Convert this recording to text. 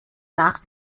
nach